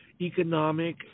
economic